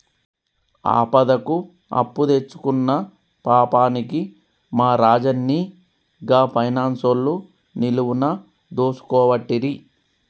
ఆపదకు అప్పుదెచ్చుకున్న పాపానికి మా రాజన్ని గా పైనాన్సోళ్లు నిలువున దోసుకోవట్టిరి